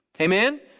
Amen